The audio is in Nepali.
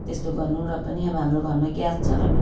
त्यस्तो गर्नु र पनि अब हाम्रो घरमा ग्यास छ र पनि